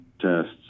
tests